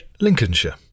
Lincolnshire